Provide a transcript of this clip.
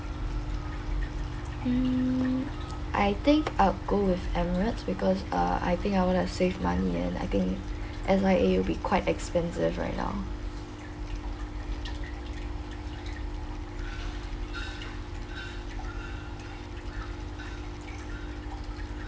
mm I think I'll go with emirates because uh I think I want to save money and I think S_I_A will be quite expensive right now